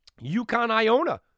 UConn-Iona